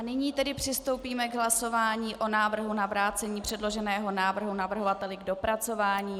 Nyní tedy přistoupíme k hlasování o návrhu na vrácení předloženého návrhu navrhovateli k dopracování.